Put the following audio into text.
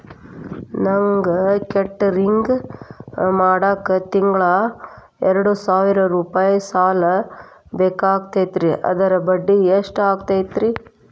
ನನಗ ಕೇಟರಿಂಗ್ ಮಾಡಾಕ್ ತಿಂಗಳಾ ಎರಡು ಸಾವಿರ ರೂಪಾಯಿ ಸಾಲ ಬೇಕಾಗೈತರಿ ಅದರ ಬಡ್ಡಿ ಎಷ್ಟ ಆಗತೈತ್ರಿ?